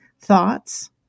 thoughts